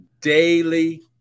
daily